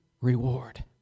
reward